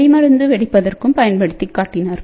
வெடிமருந்து வெடிப்பதற்கும் பயன்படுத்தி காட்டினார்